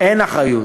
אין אחריות,